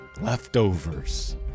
leftovers